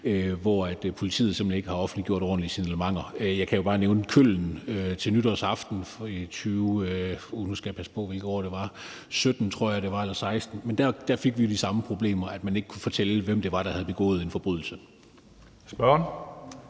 år. Politiet har simpelt hen ikke offentliggjort ordentlige signalementer. Jeg kan jo bare nævne Köln til nytårsaften i 2016 eller 2017, tror jeg det var, hvor vi jo så de samme problemer, nemlig at man ikke kunne fortælle, hvem det var, der havde begået en forbrydelse.